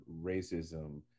racism